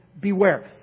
beware